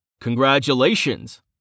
Congratulations